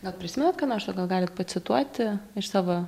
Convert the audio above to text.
gal prisimenat ką nors o gal galit pacituoti iš savo